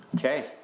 Okay